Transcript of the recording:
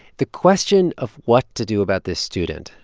the question of what to do about this student,